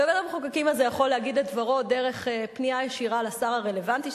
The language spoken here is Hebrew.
ובית-המחוקקים הזה יכול להגיד את דברו דרך פנייה ישירה לשר הרלוונטי,